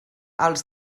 els